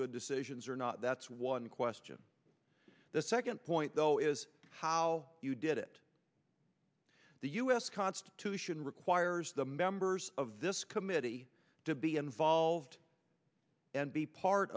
good decisions or not that's one question the second point though is how you did it the u s constitution requires the ambers of this committee to be involved and be part